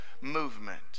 movement